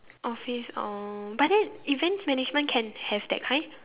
office uh but then events management can have that kind